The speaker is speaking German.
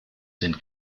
sind